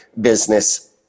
business